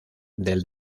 del